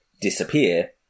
disappear